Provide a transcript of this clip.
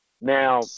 Now